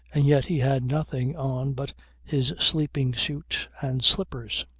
and yet he had nothing on but his sleeping suit and slippers.